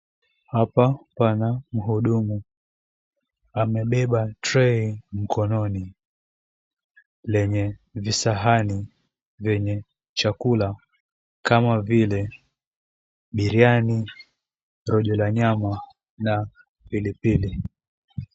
Hapa pana muhudumu. Amebeba tray mikononi lenye visahani vyenye chakula kama vile biriyani, rojo la nyama na pilipili.